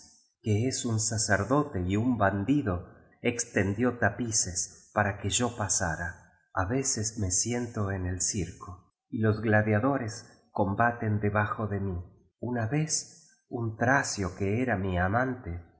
que es un sacerdote y un bandido extendió tapices para que yo pasara a veces me siento en el circo y los gladiadores combaten debajo de mi una vez un traclo que era mi amante